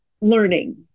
learning